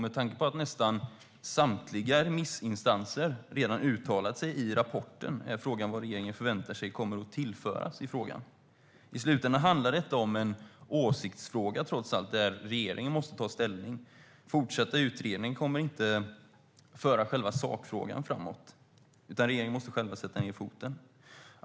Med tanke på att nästan samtliga remissinstanser redan uttalat sig i rapporten är frågan vad regeringen väntar sig kommer att tillföras. I slutändan är detta en åsiktsfråga där regeringen måste ta ställning. Fortsatta utredningar kommer inte att föra sakfrågan framåt, utan regeringen måste själv sätta ned foten.